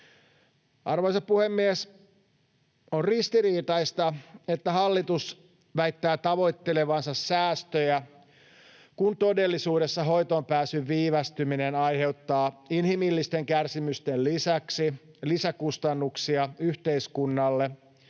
Arvoisa puhemies! On ristiriitaista, että hallitus väittää tavoittelevansa säästöjä, kun todellisuudessa hoitoonpääsyn viivästyminen aiheuttaa inhimillisten kärsimysten lisäksi lisäkustannuksia yhteiskunnalle